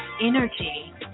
energy